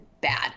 bad